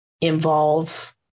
involve